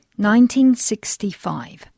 1965